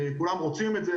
כולם רוצים את זה,